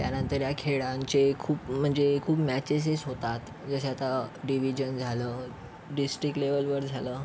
त्यानंतर या खेळांचे खूप म्हणजे खूप मॅचेसेस होतात जसे आता डिव्हिजन झालं डिस्ट्रिक्ट लेव्हलवर झालं